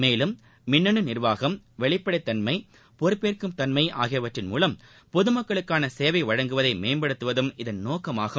மேலும் மின்னணுநிர்வாகம் வெளிப்படைத்தன்மை பொறுப்பேற்கும் தன்மைஆகியவற்றின் மூலம் பொதுமக்களுக்கானசேவைவழங்குவதைமேம்படுத்துவதும் இதன் நோக்கமாகும்